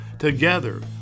Together